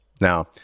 Now